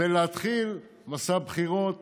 ולהתחיל מסע בחירות